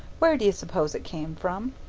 where do you suppose it came from?